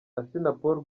assinapol